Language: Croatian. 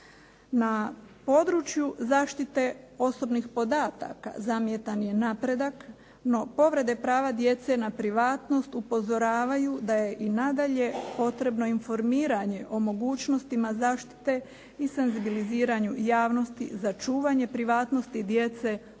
Na području zaštite osobnih podataka zamjetan je napredak, no povrede prava djece na privatnost upozoravaju da je i nadalje potrebno informiranje o mogućnostima zaštite i senzibiliziranju javnosti za čuvanje privatnosti djece u